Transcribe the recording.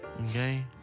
Okay